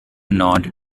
nod